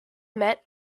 met